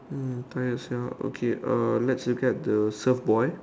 um find the shop okay uh let's look at the surf boy